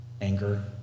anger